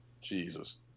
jesus